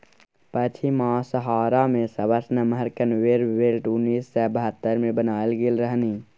पछिमाहा सहारा मे सबसँ नमहर कन्वेयर बेल्ट उन्नैस सय बहत्तर मे बनाएल गेल रहनि